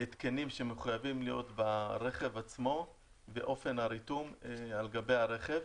התקנים שמחויבים להיות ברכב עצמו ואופן הריתום על גבי הרכב,